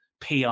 PR